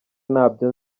ntabwo